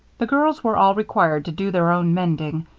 the girls were all required to do their own mending,